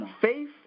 faith